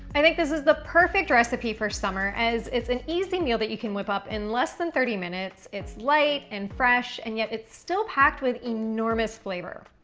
i think this is the perfect recipe for summer, as it's an easy meal that you can whip up in less than thirty minutes. it's light and fresh, and yet it's still packed with enormous flavor.